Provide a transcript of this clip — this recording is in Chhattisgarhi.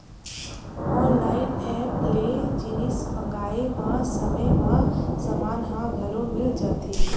ऑनलाइन ऐप ले जिनिस मंगाए म समे म समान ह घलो मिल जाथे